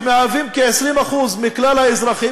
שמהווים כ-20% מכלל האזרחים,